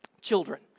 Children